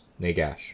Nagash